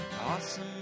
Awesome